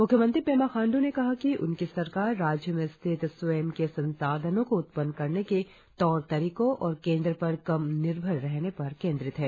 म्ख्यमंत्री पेमा खांड्र ने कहा कि उनकी सरकार राज्य में स्थित स्वयं के संसाधनों को उत्पन्न करने के तौर तरिको और केंद्र पर कम निर्भर रहने पर केंद्रित है